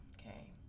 okay